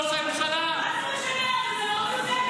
ראש הממשלה של מדינת ישראל זה לא יאיר